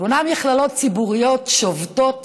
שמונה מכללות ציבוריות שובתות.